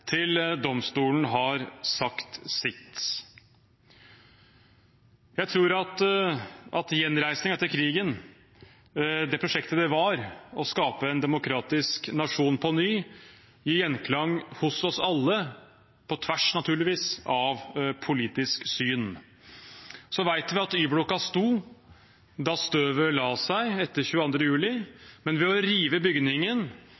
til domstolen har sagt sitt. Jeg tror at gjenreisningen etter krigen, det prosjektet det var å skape en demokratisk nasjon på ny, gir gjenklang hos oss alle, på tvers – naturligvis – av politisk syn. Vi vet at Y-blokka sto da støvet la seg etter 22. juli, men ved å rive bygningen